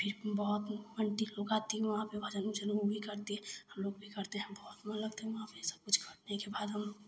फिर बहुत आन्टी लोग आती हैं वहाँ पर भजन उजन वह भी करती हैं हमलोग भी करते हैं बहुत मन लगता है वहाँ पर यह सबकुछ करने के बाद हमलोग